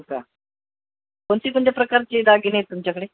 हो का कोणती कोणत्या प्रकारचे दागिने आहेत तुमच्याकडे